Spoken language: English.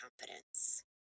confidence